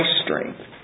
strength